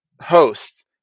host